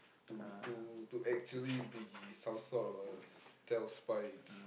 to to to actually be some sort of a stealth spy it's